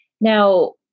Now